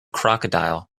crocodile